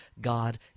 God